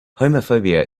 homophobia